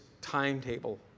timetable